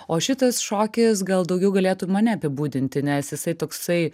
o šitas šokis gal daugiau galėtų mane apibūdinti nes jisai toksai